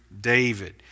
David